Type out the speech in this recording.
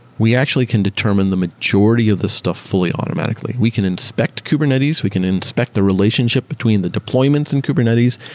we actually can determine the majority of the stuff fully automatically. we can inspect kubernetes, we can inspect the relationship between the deployments in kubernetes.